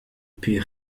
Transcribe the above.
puis